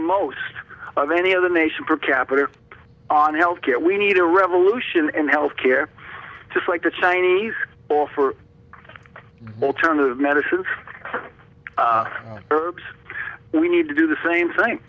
most of any other nation per capita on health care we need a revolution in health care just like the chinese or for alternative medicine herbs we need to do the same thing